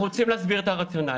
אנחנו רוצים להסביר את הרציונל.